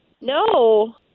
no